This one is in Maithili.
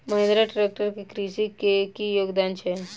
महेंद्रा ट्रैक्टर केँ कृषि मे की योगदान छै?